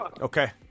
Okay